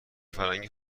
فرنگی